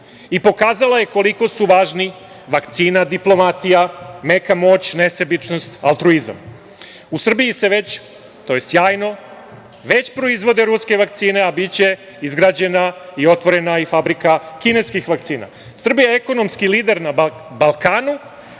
i pokazala je koliko su važni vakcina, diplomatija, meka moć, nesebičnost, altruizam.U Srbiji se već, to je sjajno, već proizvode ruske vakcine, a biće izgrađena i otvorena i fabrika kineskih vakcina. Srbija je ekonomski lider na Balkanu,